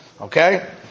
Okay